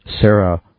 Sarah